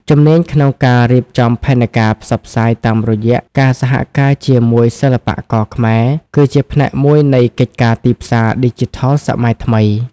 ជំនាញក្នុងការរៀបចំផែនការផ្សព្វផ្សាយតាមរយៈការសហការជាមួយសិល្បករខ្មែរ គឺជាផ្នែកមួយនៃកិច្ចការទីផ្សារឌីជីថលសម័យថ្មី។